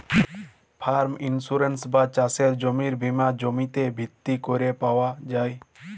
farm insurance বা চাসের জমির বীমা জমিতে ভিত্তি ক্যরে পাওয়া যায়